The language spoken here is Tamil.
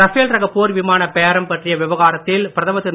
ரஃபேல் ரக போர் விமான பேரம் பற்றிய விவகாரத்தில் பிரதமர் திரு